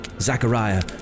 Zachariah